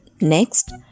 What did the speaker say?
next